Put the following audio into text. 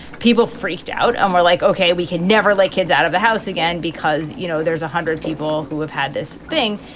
people freaked out and we're like, ok, we can never let kids out of the house again because, you know, there's one hundred people who have had this thing.